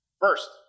First